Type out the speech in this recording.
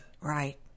Right